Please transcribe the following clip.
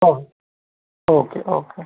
हो okay okay